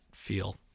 feel